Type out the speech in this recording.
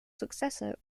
successor